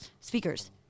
speakers